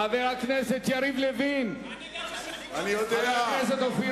חבר הכנסת יריב לוין, אני גם,